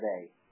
today